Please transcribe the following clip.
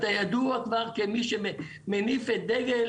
אתה ידוע כבר כמי שמניף את הדגל